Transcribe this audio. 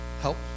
Help